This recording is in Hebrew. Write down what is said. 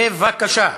בבקשה.